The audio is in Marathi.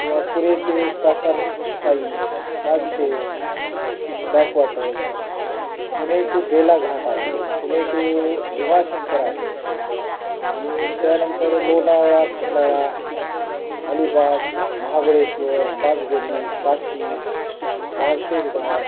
किंवा पुणे ते कासार साई पानशेत बॅकवाॅटर पुणे टू बेलाघाट आहे पुणे टू भीमाशंकर आहे आणि त्यानंतर लोणावळा खंडाळा अलीबाग महाबळेश्वर पाचगणी काशीद माळशेज घाट